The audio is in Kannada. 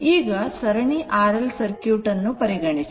ಈಗ ಸರಣಿ R L ಸರ್ಕ್ಯೂಟ್ ಅನ್ನು ಪರಿಗಣಿಸಿ